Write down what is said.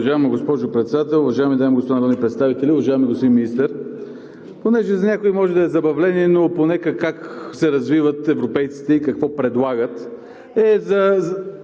Уважаема госпожо Председател, уважаеми дами и господа народни представители, уважаеми господин Министър! Понеже за някои може да е забавление, но поне как се развиват европейците и какво предлагат,